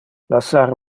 lassar